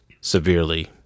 severely